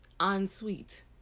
ensuite